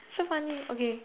so funny okay